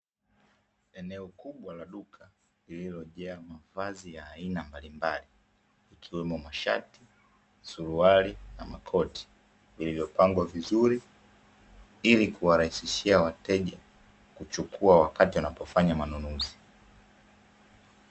Eneo kubwa la duka lililojaa mavazi ya aina mbalimbali ikiwemo mashati, suruali na makoti vilivyopangwa vizuri ilikuwarahisishia wateja kuchukua wakati wanapofanya manunuzi